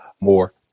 more